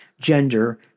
gender